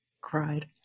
cried